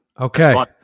Okay